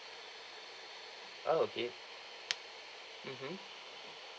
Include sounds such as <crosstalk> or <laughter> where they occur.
oh okay <noise> mmhmm